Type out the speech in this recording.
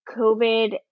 COVID